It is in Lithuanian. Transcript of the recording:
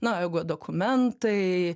na jeigu dokumentai